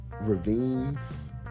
ravines